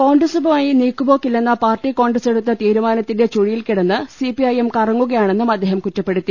കോൺഗ്രസുമായി നീക്കുപോക്കില്ലെന്ന പാർട്ടി കോൺഗ്രസ് എടുത്ത തീരുമാനത്തിന്റെ ചുഴിയിൽ കിടന്ന് സി പി ഐ എം കറങ്ങുകയാണെന്നും അദ്ദേഹം കുറ്റപ്പെ ടുത്തി